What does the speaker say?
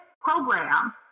program